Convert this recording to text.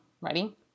ready